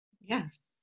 Yes